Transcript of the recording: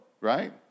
right